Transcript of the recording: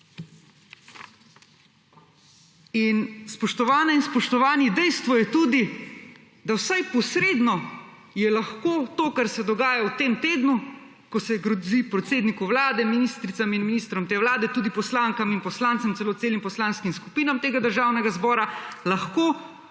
In, spoštovane in spoštovani, dejstvo je tudi, da vsaj posredno je lahko to, kar se dogaja v tem tednu, ko se grozi predsedniku vlade, ministricam in ministrom te vlade, tudi poslankam in poslancem, celo celim poslanskim skupinam tega Državnega zbora, lahko